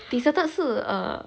deserted 是 err